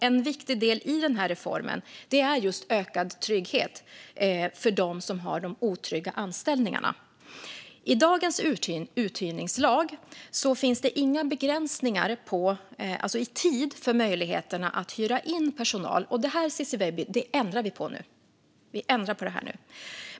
En viktig del i denna reform är just ökad trygghet för dem som har otrygga anställningar. I dagens uthyrningslag finns det inga begränsningar i tid av möjligheten att hyra in personal. Det här, Ciczie Weidby, ändrar vi på nu. Vi ändrar på det här nu.